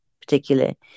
particularly